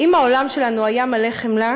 ואם העולם שלנו היה מלא חמלה,